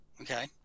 okay